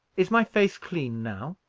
is my face clean now?